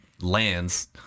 lands